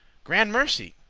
grand mercy,